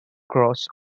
cross